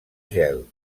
gel